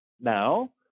now